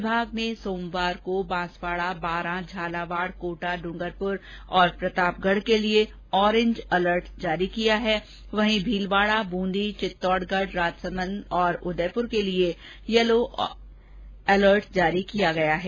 विभाग ने सोमवार को बांसवाडा बारा झालावाड कोटा ड्रंगरपुर और प्रतापगढ के लिए ऑरेंज अलर्ट जारी किया है वहीं भीलवाडा ब्रंदी चित्तोडगढ राजसमंद और उदयपुर के लिए येलो अलर्ट जारी किया गया है